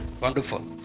Wonderful